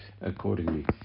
accordingly